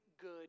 good